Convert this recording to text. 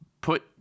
put